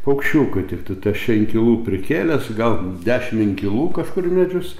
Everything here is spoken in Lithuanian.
paukščiukai tiktai tai aš čia inkilų prikėlęs gal dešim inkilų kažkur į medžius